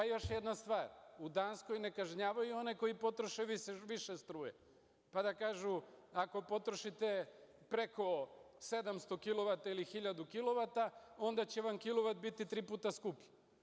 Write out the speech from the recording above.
Još jedna stvar, u Danskoj ne kažnjavaju one koji potroše više struje, pa da kažu – ako potrošite preko 700 kilovata ili 1000 kilovata, onda će vam kilovat biti tri puta skuplji.